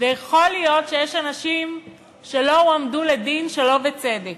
ויכול להיות שיש אנשים שלא הועמדו לדין, שלא בצדק.